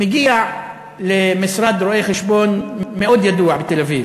מגיע למשרד רואי-חשבון מאוד ידוע בתל-אביב,